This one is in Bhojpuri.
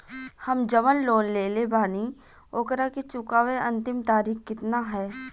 हम जवन लोन लेले बानी ओकरा के चुकावे अंतिम तारीख कितना हैं?